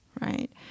right